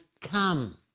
come